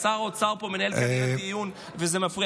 שר האוצר מנהל פה כרגע דיון, וזה מפריע.